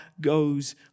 goes